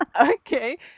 okay